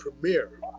premiere